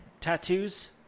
tattoos